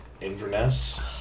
Inverness